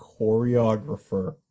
choreographer